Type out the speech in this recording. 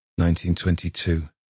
1922